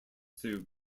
through